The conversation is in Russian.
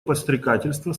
подстрекательства